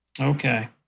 okay